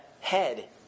head